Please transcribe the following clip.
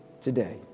today